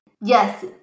Yes